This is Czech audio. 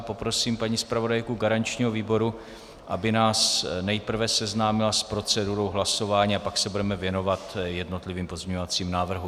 Poprosím paní zpravodajku garančního výboru, aby nás nejprve seznámila s procedurou hlasování, a pak se budeme věnovat jednotlivým pozměňovacím návrhům.